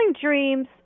dreams